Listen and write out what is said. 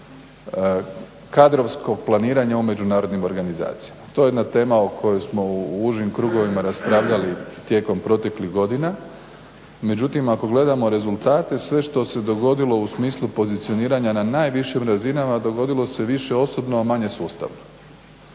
kadrovskog planiranja u međunarodnim organizacijama. To je jedna tema o kojoj smo u užim krugovima raspravljali tijekom proteklih godina. Međutim, ako gledamo rezultate sve što se dogodilo u smislu pozicioniranja na najvišim razinama dogodilo se više osobno a manje sustavno.